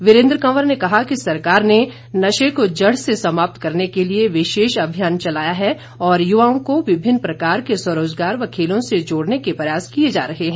वीरेन्द्र कंवर ने कहा कि सरकार ने नशे को जड़ से समाप्त करने के लिए विशेष अभियान चलाया है और युवाओं को विभिन्न प्रकार के स्वरोजगार व खेलों से जोड़ने के प्रयास किए जा रहे हैं